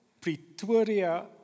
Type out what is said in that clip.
Pretoria